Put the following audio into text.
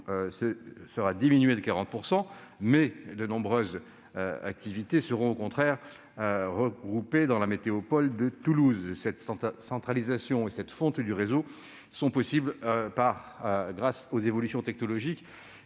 vont diminuer de 40 %, mais de nombreuses activités seront regroupées dans la Météopole de Toulouse. Cette centralisation et cette fonte du réseau sont rendues possibles par les évolutions technologiques,